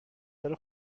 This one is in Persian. داره